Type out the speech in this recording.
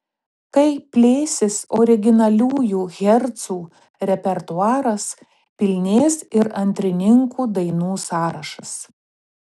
kai plėsis originaliųjų hercų repertuaras pilnės ir antrininkų dainų sąrašas